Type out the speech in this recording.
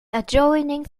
adjoining